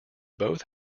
both